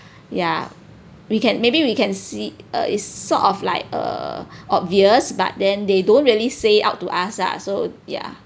ya we can maybe we can see uh it's sort of like err obvious but then they don't really say out to us lah so ya